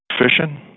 fishing